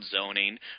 zoning